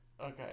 Okay